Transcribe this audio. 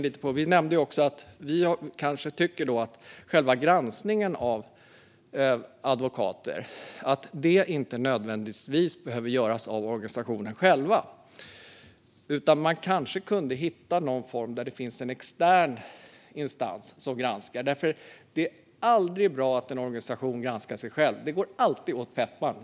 Vi nämnde också att själva granskningen av advokater inte nödvändigtvis behöver göras av organisationen själv. I stället kunde man kanske hitta en form där en extern instans granskar. Det är aldrig bra att en organisation granskar sig själv. Det går alltid åt pepparn.